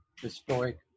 historic